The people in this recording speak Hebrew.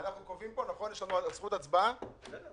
אנחנו קובעים פה, יש לנו זכות הצבעה, נכון?